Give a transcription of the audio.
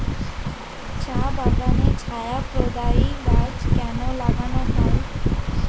চা বাগানে ছায়া প্রদায়ী গাছ কেন লাগানো হয়?